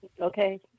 Okay